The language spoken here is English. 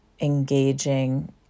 engaging